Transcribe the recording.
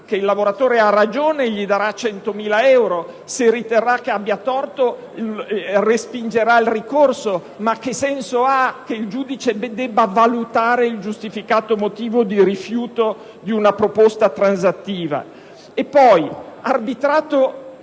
che il lavoratore ha ragione gli darà 100.000 euro. Se riterrà che abbia torto respingerà il ricorso. Ma che senso ha che il giudice debba valutare il giustificato motivo di rifiuto di una proposta transattiva?